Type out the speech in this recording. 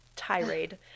tirade